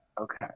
Okay